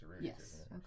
Yes